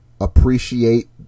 appreciate